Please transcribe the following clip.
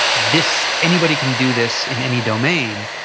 this, anybody can do this in any domain.